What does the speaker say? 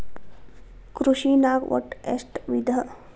ಕೃಷಿನಾಗ್ ಒಟ್ಟ ಎಷ್ಟ ವಿಧ?